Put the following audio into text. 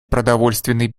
продовольственной